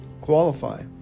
qualify